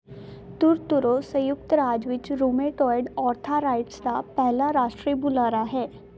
ਤੁਰਤੂਰੋ ਸੰਯੁਕਤ ਰਾਜ ਵਿੱਚ ਰੂਮੇਟੋਇਡ ਆਰਥਾਰਾਇਟਸ ਦਾ ਪਹਿਲਾ ਰਾਸ਼ਟਰੀ ਬੁਲਾਰਾ ਹੈ